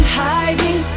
hiding